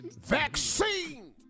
Vaccine